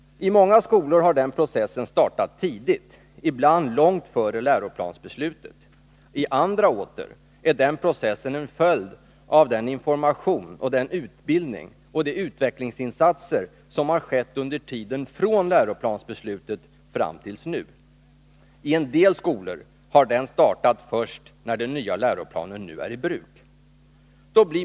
I många skolor har denna process startat tidigt, ibland långt före läroplansbeslutet. I andra åter är processen en följd av den information, den utbildning och de utvecklingsinsatser som har skett under tiden från läroplansbeslutet fram till nu. I en del skolor har den startat först nu när den nya läroplanen är i bruk.